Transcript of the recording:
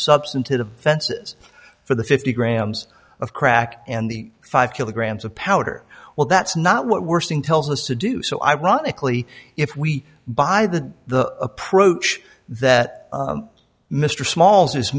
substantive offenses for the fifty grams of crack and the five kilograms of powder well that's not what we're seeing tells us to do so ironically if we buy the the approach that mr small